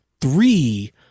three